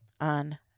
on